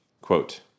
Quote